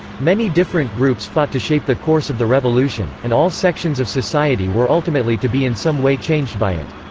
many different groups fought to shape the course of the revolution, and all sections of society were ultimately to be in some way changed by it.